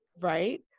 Right